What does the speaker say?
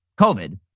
COVID